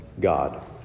God